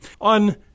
On